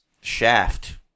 Shaft